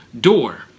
door